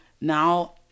now